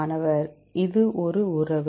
மாணவர் இது ஒரு உறவு